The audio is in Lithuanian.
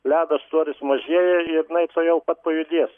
ledo storis mažieja ir jinai tuojau pat pajudės